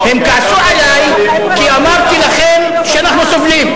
הם כעסו עלי כי אמרתי לכם שאנחנו סובלים,